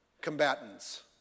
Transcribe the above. combatants